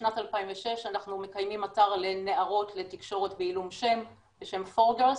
משנת 2006 אנחנו מקיימים אתר לנערות לתקשורת בעילום שם בשם 4girls,